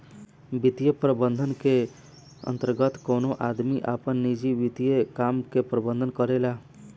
वित्तीय प्रबंधन के अंतर्गत कवनो आदमी आपन निजी वित्तीय काम के प्रबंधन करेला